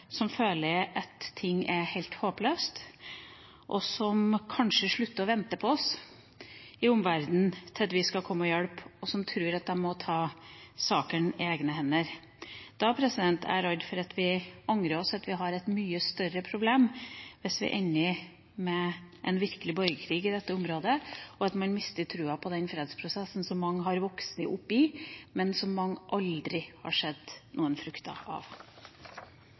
som føler at situasjonen er helt håpløs, og som kanskje slutter å vente på at vi i omverdenen skal komme og hjelpe, og som tror de må ta saken i egne hender. Da er jeg redd for at vi angrer oss, og at vi får et mye større problem hvis det ender opp med en virkelig borgerkrig i det området, og at man mister trua på den fredsprosessen som mange har vokst opp med, men som mange aldri har sett noen frukter av.